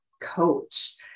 coach